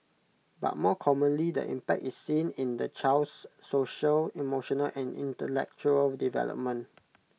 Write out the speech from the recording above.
but more commonly the impact is seen in the child's social emotional and intellectual development